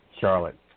Charlotte